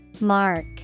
Mark